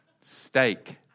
Steak